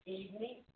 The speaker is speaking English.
evening